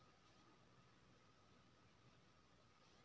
wagon बला गाड़ी मे चारिटा पहिया होइ छै